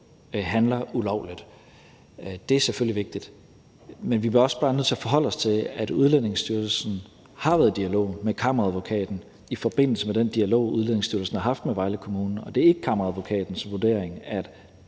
handler ulovligt. Det er selvfølgelig vigtigt. Men vi bliver også bare nødt til at forholde os til, at Udlændingestyrelsen har været i dialog med Kammeradvokaten i forbindelse med den dialog, Udlændingestyrelsen har haft med Vejle Kommune, og det er ikke Kammeradvokatens vurdering, at